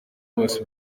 bose